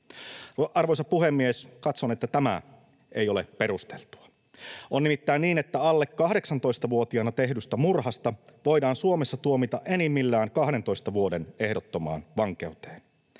Arvoisa puhemies! Katson, että tämä ei ole perusteltua. On nimittäin niin, että alle 18-vuotiaana tehdystä murhasta voidaan Suomessa tuomita enimmillään kahdentoista vuoden ehdottomaan vankeuteen.